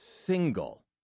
single